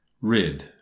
Rid